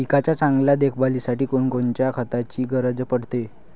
पिकाच्या चांगल्या देखभालीसाठी कोनकोनच्या खताची गरज पडते?